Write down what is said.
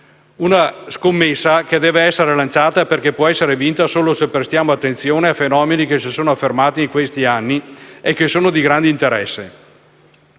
Una scommessa che deve essere lanciata perché può essere vinta solo se prestiamo attenzione a fenomeni che si sono affermati in questi anni e che sono di grande interesse.